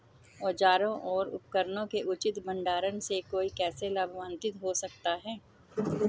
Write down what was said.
औजारों और उपकरणों के उचित भंडारण से कोई कैसे लाभान्वित हो सकता है?